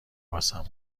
واسمون